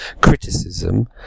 criticism